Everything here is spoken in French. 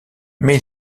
mais